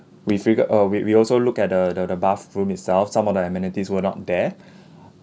we figure uh we we also look at the the the bathroom itself some of the amenities were not there